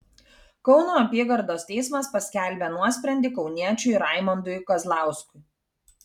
kauno apygardos teismas paskelbė nuosprendį kauniečiui raimondui kazlauskui